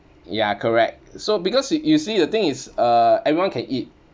ya correct so because you you see the thing is uh everyone can eat